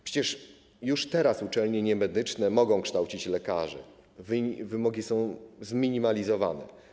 Przecież już teraz uczelnie niemedyczne mogą kształcić lekarzy, wymogi są zminimalizowane.